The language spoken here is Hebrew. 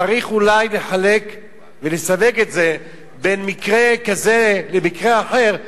צריך אולי לחלק ולסווג את זה בין מקרה כזה למקרה אחר.